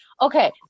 Okay